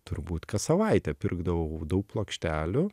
turbūt kas savaitę pirkdavau daug plokštelių